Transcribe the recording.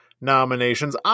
nominations